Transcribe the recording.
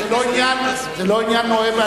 זה לא עניין של אוהב.